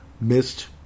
missed